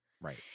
Right